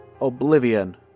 Oblivion